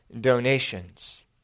donations